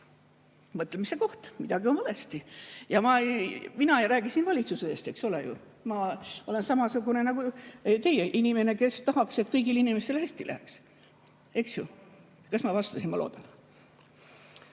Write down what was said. mõtlemise koht, midagi on valesti. Mina ei räägi siin valitsuse eest, eks ole ju, ma olen samasugune nagu teie – inimene, kes tahaks, et kõigil inimestel hästi läheks. Eks ju? Kas ma vastasin